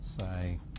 say